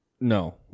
No